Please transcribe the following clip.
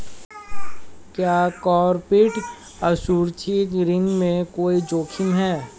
क्या कॉर्पोरेट असुरक्षित ऋण में कोई जोखिम है?